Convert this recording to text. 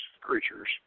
creatures